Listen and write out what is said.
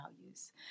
values